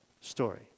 story